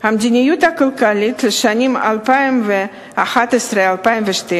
המדיניות הכלכלית לשנים 2011 ו-2012,